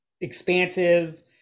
expansive